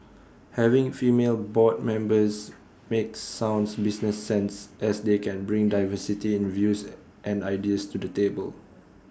having female board members makes sound business sense as they can bring diversity in views and ideas to the table